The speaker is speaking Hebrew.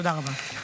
תודה רבה.